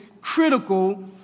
critical